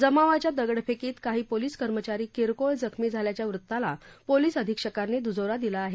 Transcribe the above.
जमावाच्या दगडफेकीत काही पोलीस कर्मचारी किरकोळ जखमी झाल्याच्या वृत्ताला पोलिस अधिक्षकांनी दूजोरा दिला आहे